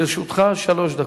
לרשותך שלוש דקות.